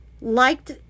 liked